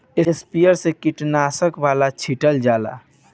sprayer से कीटनाशक वाला छीटल जाला